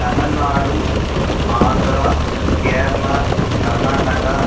Tamil Nadu Andhra Kerala Karnataka